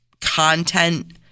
content